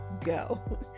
go